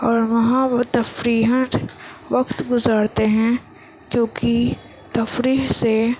اور وہاں وہ تفریحاََ وقت گزارتے ہیں کیوں کہ تفریح سے